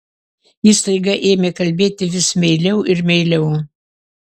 ji staiga ėmė kalbėti vis meiliau ir meiliau